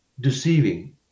deceiving